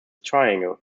triangle